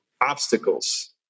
obstacles